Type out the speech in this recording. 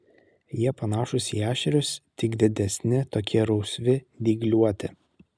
jie panašūs į ešerius tik didesni tokie rausvi dygliuoti